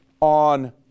on